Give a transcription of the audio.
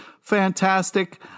fantastic